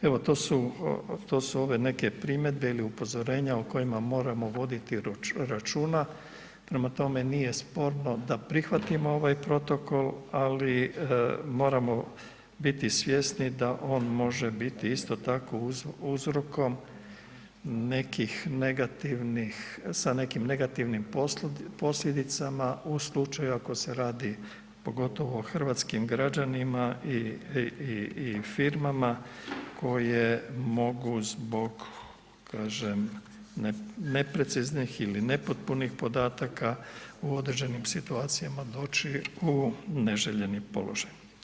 Evo to su ove neke primjedbe ili upozorenja o kojima moramo voditi računa prema tome nije sporno da prihvatimo ovaj protokol ali moramo biti svjesni da on može biti isto tako uzrokom sa nekim negativnim posljedicama u slučaju ako se radi pogotovo hrvatskim građanima i firmama koje mogu zbog kažem, nepreciznim ili nepotpunih podataka u određenim situacijama doći u neželjeni položaj.